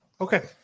Okay